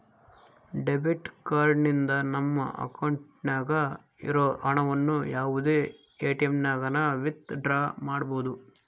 debit card ನಿಂದ ನಮ್ಮ ಅಕೌಂಟ್ನಾಗ ಇರೋ ಹಣವನ್ನು ಯಾವುದೇ ಎಟಿಎಮ್ನಾಗನ ವಿತ್ ಡ್ರಾ ಮಾಡ್ಬೋದು